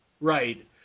Right